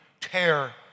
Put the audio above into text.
tear